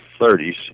30's